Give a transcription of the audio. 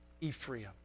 Ephraim